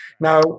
Now